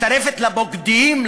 מצטרפת לבוגדים?